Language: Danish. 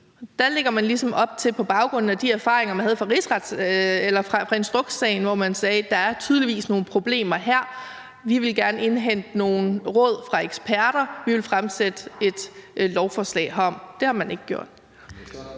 Der gav man på baggrund af de erfaringer, man havde fra instrukssagen, hvor man sagde, at der tydeligvis var nogle problemer, ligesom udtryk for: Vi vil gerne indhente nogle råd fra eksperter, og vi vil fremsætte et lovforslag herom. Det har man ikke gjort.